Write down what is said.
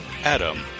Adam